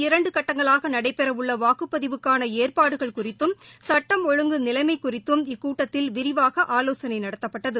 இரண்டுகட்டங்களாகநடைபெறவுள்ளவாக்குப்பதிவுக்கான ஏற்பாடுகள் குறித்தும் சட்டம் அங்கு ஒழுங்கு நிலைமைகுறித்தும் இக்கூட்டத்தில் விரிவாகஆலோசனைநடத்தப்பட்டது